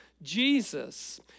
Jesus